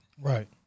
right